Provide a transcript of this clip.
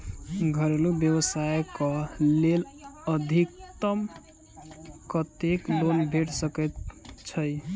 घरेलू व्यवसाय कऽ लेल अधिकतम कत्तेक लोन भेट सकय छई?